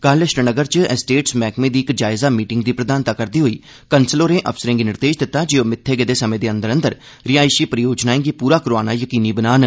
कल श्रीनगर च एस्टेट्स मैह्कमे दी इक जायजा मीटिंग दी प्रधानता करदे होई कन्सल होरें अफसरें गी निर्देश दित्ता जे ओह् मित्थे गेदे समें दे अंदर अंदर रिहायशी परियोजनाएं गी पूरा करोआना यकीनी बनान